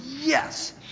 Yes